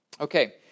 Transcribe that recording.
Okay